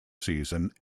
season